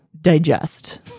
digest